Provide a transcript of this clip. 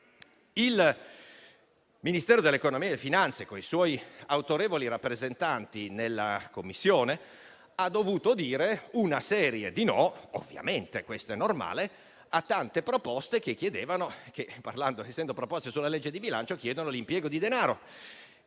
il Ministero dell'economia e delle finanze, con i suoi autorevoli rappresentanti nella Commissione, ha dovuto dire una serie di no - questo è ovvio - a tante proposte che, come è normale per un disegno di legge di bilancio, chiedevano l'impiego di denaro.